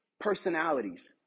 personalities